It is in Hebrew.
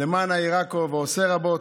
למען העיר עכו, ועושה רבות,